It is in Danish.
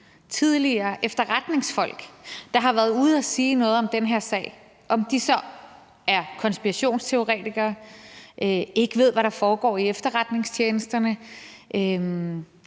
tidligere efterretningsfolk, der har været ude og sige noget om den her sag, så er konspirationsteoretikere, ikke ved, hvad der foregår i efterretningstjenesterne,